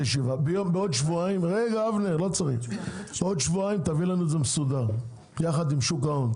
בעוד שבועיים תביא לנו את זה מסודר יחד עם שוק ההון.